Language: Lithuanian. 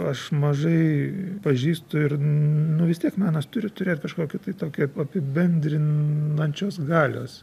aš mažai pažįstu ir nu vis tiek menas turi turėt kažkokį tai tokį apibendrinančios galios